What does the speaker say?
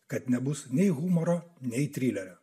kad nebus nei humoro nei trilerio